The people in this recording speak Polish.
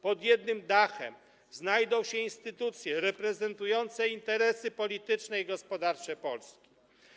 Pod jednym dachem znajdą się instytucje reprezentujące interesy polityczne i gospodarcze Polski.